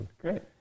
Great